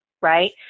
right